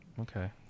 Okay